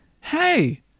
hey